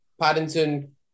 Paddington